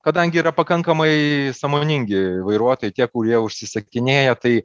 kadangi yra pakankamai sąmoningi vairuotojai tie kurie užsisakinėja tai